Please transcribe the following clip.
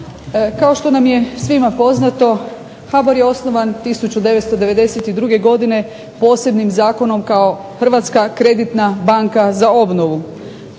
Kao što nam je svima poznato HBOR je osnovan 1992. godine posebnim zakonom kao Hrvatska kreditna banka za obnovu.